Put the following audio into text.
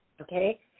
okay